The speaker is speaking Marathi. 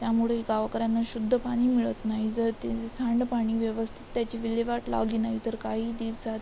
त्यामुळे गावकऱ्यांना शुद्ध पाणी मिळत नाही जर ते सांडपाणी व्यवस्थित त्याची विल्हेवाट लावली नाही तर काही दिवसांत